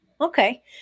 Okay